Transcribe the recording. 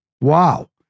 Wow